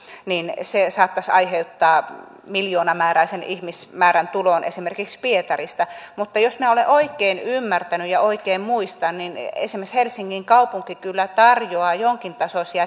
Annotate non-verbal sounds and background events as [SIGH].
niin se saattaisi aiheuttaa miljoonamääräisen ihmismäärän tulon esimerkiksi pietarista mutta jos minä olen oikein ymmärtänyt ja oikein muistan niin esimerkiksi helsingin kaupunki kyllä tarjoaa jonkintasoisia [UNINTELLIGIBLE]